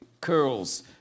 curls